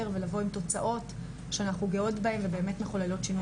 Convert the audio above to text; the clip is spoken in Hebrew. ולבוא עם תוצאות שאנחנו גאות בהן ובאמת מחוללות שינוי